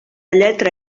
lletra